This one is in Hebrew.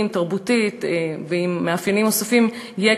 תרבותית ועם מאפיינים נוספים יהיה,